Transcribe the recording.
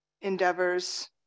endeavors